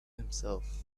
himself